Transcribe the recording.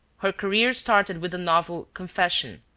her career started with the novel confession.